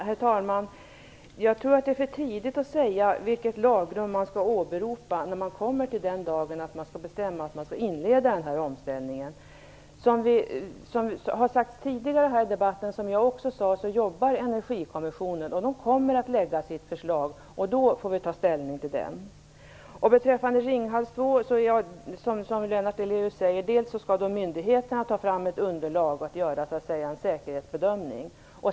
Herr talman! Jag tror att det är för tidigt att säga vilket lagrum man skall åberopa när det blir dags att besluta om att man skall inleda denna omställning. Som tidigare har sagts här i debatten och som jag också sade håller Energikommissionen på att arbeta. Vi får ta ställning när den har lagt fram sitt förslag. Lennart Daléus säger - ta fram ett underlag och göra en säkerhetsbedömning.